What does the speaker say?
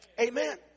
amen